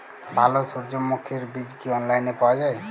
ভালো সূর্যমুখির বীজ কি অনলাইনে পাওয়া যায়?